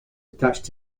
attached